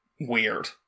weird